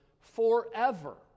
forever